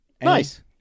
Nice